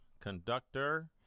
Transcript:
conductor